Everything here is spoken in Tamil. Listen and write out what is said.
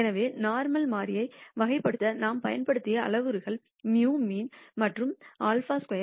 எனவே நோர்மல் மாறியை வகைப்படுத்த நாம் பயன்படுத்திய அளவுருக்கள் μ mean மற்றும் σ2